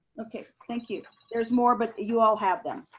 okay, thank you. there's more, but you all have them.